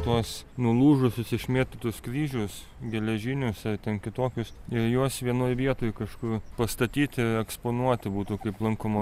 tuos nulūžusius išmėtytus kryžius geležinius ar ten kitokius ir juos vienoj vietoj kažkur pastatyti eksponuoti būtų kaip lankoma